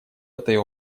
этой